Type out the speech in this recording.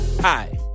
Hi